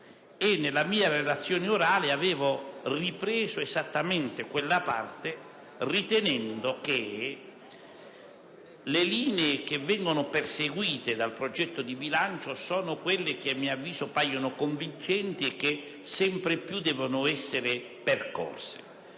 nella mia relazione orale avevo ripreso esattamente quella parte, ritenendo che le linee perseguite dal progetto di bilancio sono quelle che, a mio avviso, appaiono convincenti e che sempre più devono essere percorse.